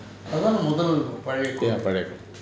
ya correct